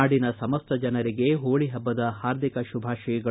ನಾಡಿನ ಸಮಸ್ತ ಜನರಿಗೆ ಹೋಳಿ ಹಬ್ಬದ ಹಾರ್ದಿಕ ಶುಭಾಶಯಗಳು